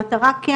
במטרה כן